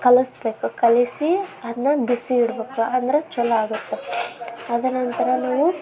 ಕಲಸಬೇಕು ಕಲಸಿ ಅದನ್ನ ಬಿಸಿ ಇಡ್ಬೇಕು ಅಂದ್ರೆ ಛಲೋ ಆಗುತ್ತೆ ಅದರ ನಂತರ ನಾವು